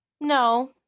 No